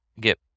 get